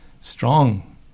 strong